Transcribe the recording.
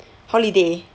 holiday